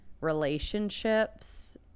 relationships